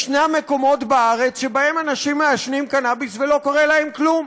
ישנם מקומות בארץ שבהם אנשים מעשנים קנביס ולא קורה להם כלום,